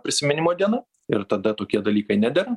prisiminimo diena ir tada tokie dalykai nedera